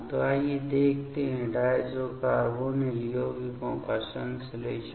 तो आइए देखते हैं कि डायज़ो कार्बोनिल यौगिकों का संश्लेषण